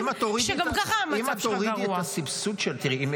שגם ככה המצב שלהם גרוע.